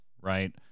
right